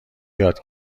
یاد